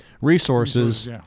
resources